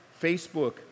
Facebook